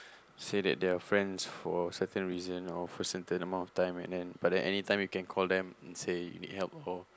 say that they are friends for certain reasons or for certain amount of time and then but then any time you can call them and say you need help or